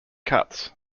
cuts